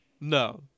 No